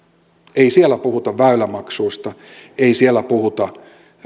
ei siellä puhuta väylämaksuista ei siellä puhuta